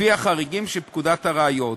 לפי החריגים שבפקודת הראיות,